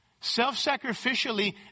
self-sacrificially